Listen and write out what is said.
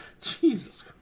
Jesus